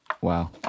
Wow